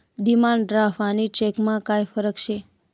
demand draft आणि चेकमा काय फरक शे